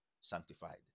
sanctified